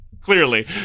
Clearly